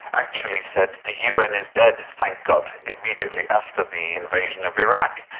actually said the un is dead, thank god', immediately after the invasion of iraq,